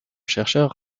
chercheurs